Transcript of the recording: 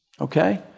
Okay